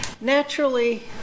naturally